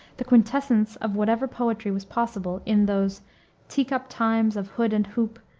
the quintessence of whatever poetry was possible in those teacup times of hood and hoop,